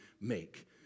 make